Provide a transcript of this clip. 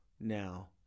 now